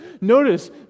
Notice